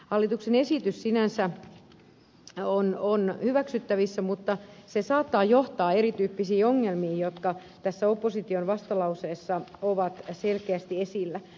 hallituksen esitys sinänsä on hyväksyttävissä mutta se saattaa johtaa erityyppisiin ongelmiin jotka tässä opposition vastalauseessa ovat selkeästi esillä